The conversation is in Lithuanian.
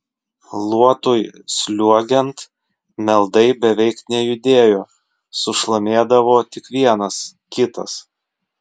luotui sliuogiant meldai beveik nejudėjo sušlamėdavo tik vienas kitas